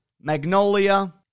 Magnolia